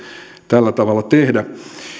tällä tavalla tehdä